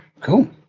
cool